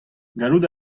gallout